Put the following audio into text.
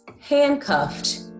handcuffed